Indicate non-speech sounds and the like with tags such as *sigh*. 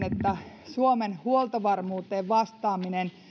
*unintelligible* että suomen huoltovarmuuteen vastaaminen